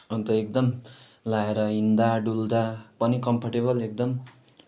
अन्त एकदम लगाएर हिँड्दा डुल्दा पनि कम्फरटेबल एकदम